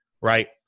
right